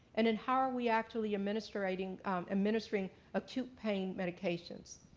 and and how are we actually administering administering acute pain medication?